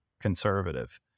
conservative